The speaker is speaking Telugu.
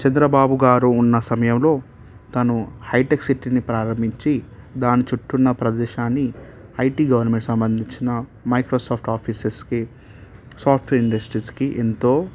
చంద్రబాబు గారు ఉన్న సమయంలో తను హై టెక్ సిటీని ప్రారంభించి దాని చుట్టు ఉన్న ప్రదేశాన్ని ఐటి గవర్నమెంట్ సంబంధించిన మైక్రోసాఫ్ట్ ఆఫీసర్స్కి సాఫ్ట్వేర్ ఇండస్ట్రీస్కి ఎంతో